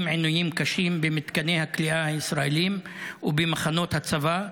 עינויים קשים במתקני הכליאה הישראליים ובמחנות הצבא.